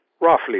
Roughly